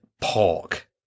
pork